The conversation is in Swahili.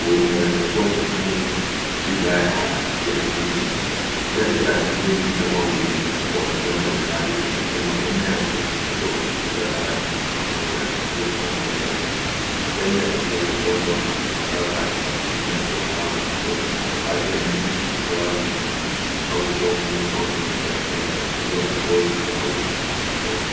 unaweza kuwa sehemu ya tiba ya kiasili. Katika tiba ya asili mti kama huu hutumika kwa njia mbalimbali kama vile magomba yake huchemshwa kutengeneza dawa ya kutibu magonjwa ya tumbo au malaria. Majani yake pia hupondwa na kutumika katika kutibu majeraha ukipele, na baadhi ya miti hutoa gundi au utongu unaotumika katika matatizo ya ngozi au kupunguza maumivu.